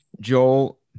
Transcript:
Joel